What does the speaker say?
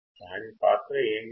దాని పాత్ర ఏమిటి